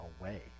away